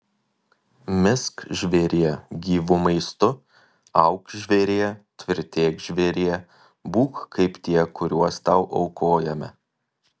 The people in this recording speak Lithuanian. misk žvėrie gyvu maistu auk žvėrie tvirtėk žvėrie būk kaip tie kuriuos tau aukojame